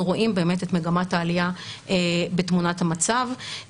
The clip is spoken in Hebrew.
אנחנו רואים באמת את מגמת העלייה בתמונת המצב.